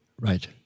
Right